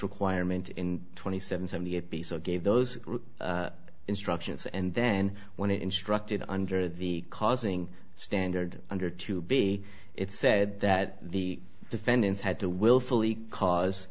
requirement in twenty seven seventy eight b so gave those instructions and then when it instructed under the causing standard under to be it said that the defendants had to willfully cause